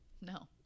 No